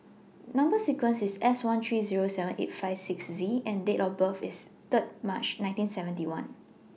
Number sequence IS S one three Zero seven eight five six Z and Date of birth IS Third March nineteen seventy one